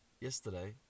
Yesterday